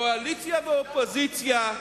קואליציה ואופוזיציה,